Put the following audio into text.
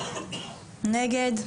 נגד?